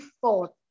thought